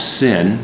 sin